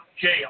jail